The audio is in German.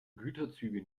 güterzüge